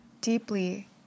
deeply